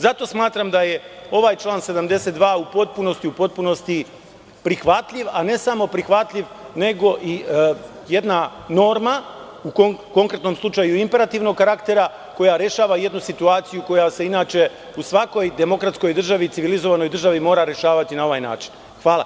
Zato smatram da je ovaj član 72. u potpunosti prihvatljiv, a ne samo prihvatljiv, nego i jedna norma, u konkretnom slučaju i imperativnog karaktera, koja rešava jednu situaciju koja se inače u svakoj demokratskoj i civilizovanoj državi mora rešavati na ovaj način.